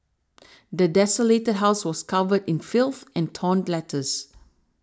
the desolated house was covered in filth and torn letters